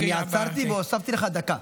אני עצרתי והוספתי לך דקה.